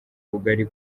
bugari